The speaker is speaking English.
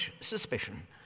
suspicion